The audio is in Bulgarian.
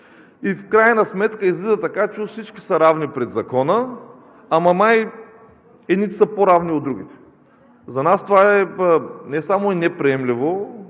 И в крайна сметка излиза така, че уж всички са равни пред Закона, ама май едните са по-равни от другите. За нас това не само е неприемливо,